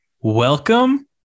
welcome